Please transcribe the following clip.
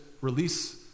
release